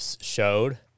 showed